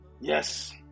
Yes